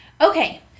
Okay